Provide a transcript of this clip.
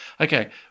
Okay